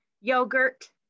yogurt